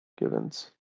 Givens